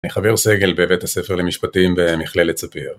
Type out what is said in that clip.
אני חבר סגל בבית הספר למשפטים במכללת ספיר.